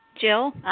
Jill